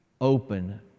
open